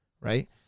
right